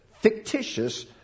Fictitious